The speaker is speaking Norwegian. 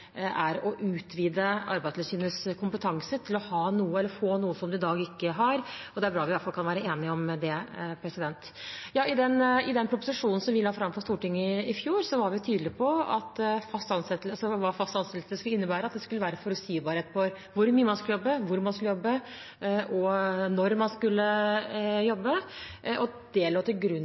er å utvide Arbeidstilsynets kompetanse til å få noe som de i dag ikke har. Det er bra at vi i hvert fall kan være enige om det. Ja, i den proposisjonen vi la fram til Stortinget i fjor, var vi tydelig på hva fast ansettelse skulle innebære, at det skulle være forutsigbarhet for hvor mye man skulle jobbe, hvor man skulle jobbe, og når man skulle jobbe. Det lå til grunn